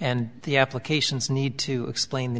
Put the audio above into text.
and the applications need to explain the